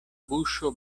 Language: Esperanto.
buŝo